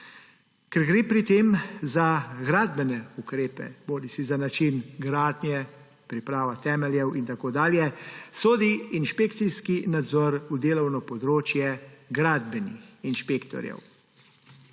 Ker gre pri tem za gradbene ukrepe, bodisi za način gradnje, priprava temeljev in tako dalje, sodi inšpekcijski nadzor v delovno področje gradbenih inšpektorjev.